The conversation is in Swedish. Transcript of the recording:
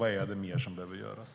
Vad är det mer som behöver göras?